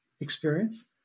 experience